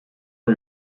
ont